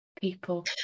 people